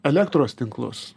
elektros tinklus